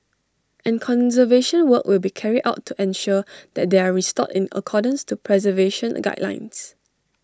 and conservation work will be carried out and ensure that they are restored in accordance to preservation guidelines